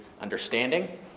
understanding